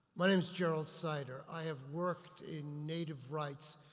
my name is gerald cider, i have worked in native rights,